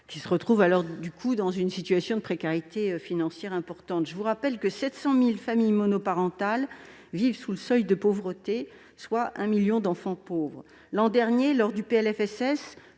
qui se retrouvent alors dans une situation de précarité financière importante. Je vous rappelle que 700 000 familles monoparentales vivent sous le seuil de pauvreté, soit un million d'enfants pauvres. L'an dernier, lors de